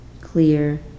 clear